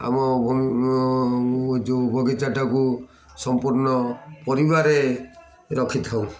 ଆମ ଯେଉଁ ବଗିଚାଟାକୁ ସମ୍ପୂର୍ଣ୍ଣ ପରିବାରେ ରଖିଥାଉ